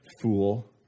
Fool